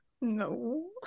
no